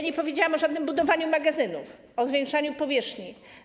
Nie mówiłam o żadnym budowaniu magazynów, o zwiększaniu powierzchni.